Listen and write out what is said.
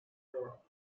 girl